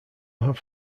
have